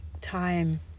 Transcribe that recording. time